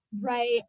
right